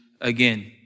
again